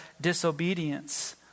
disobedience